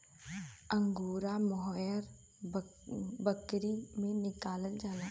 angora mohair बकरी से निकालल जाला